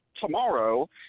Tomorrow